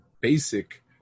basic